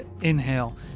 inhale